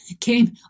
came